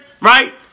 right